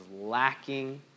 lacking